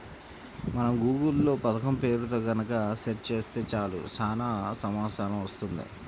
మనం గూగుల్ లో పథకం పేరుతో గనక సెర్చ్ చేత్తే చాలు చానా సమాచారం వత్తది